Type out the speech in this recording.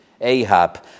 Ahab